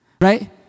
Right